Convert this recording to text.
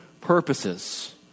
purposes